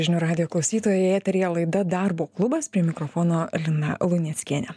žinių radijo klausytojai eteryje laida darbo klubas prie mikrofono lina luneckienė